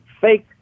fake